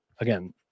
again